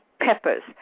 peppers